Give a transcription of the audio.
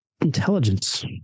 intelligence